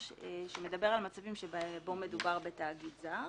והוא מדבר על מצבים בהם מדובר בתאגיד זר